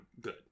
good